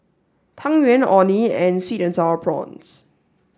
Tang Yuen Orh Nee and Sweet and Sour Prawns